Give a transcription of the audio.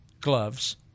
gloves